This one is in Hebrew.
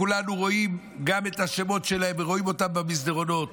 כולנו רואים גם את השמות שלהם ורואים אותם במסדרונות.